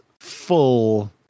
full